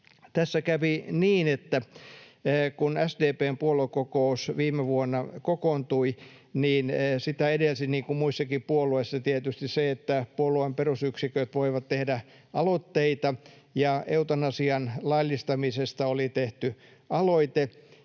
tässä kävi niin, että kun SDP:n puoluekokous viime vuonna kokoontui, niin sitä edelsi, niin kuin muissakin puolueissa, tietysti se, että puolueen perusyksiköt voivat tehdä aloitteita, ja eutanasian laillistamisesta oli tehty aloite.